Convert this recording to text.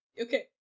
okay